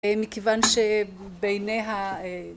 מכיוון שבעיני ה...